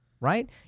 right